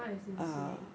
他 as in 谁